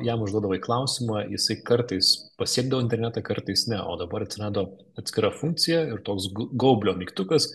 jam užduodavai klausimą jisai kartais pasiekdavo internetą kartais ne o dabar atsirado atskira funkcija ir toks g gaublio mygtukas